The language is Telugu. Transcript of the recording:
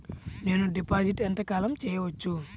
నేను డిపాజిట్ ఎంత కాలం చెయ్యవచ్చు?